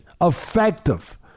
effective